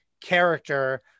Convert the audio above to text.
character